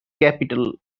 capital